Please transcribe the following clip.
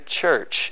church